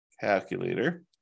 Calculator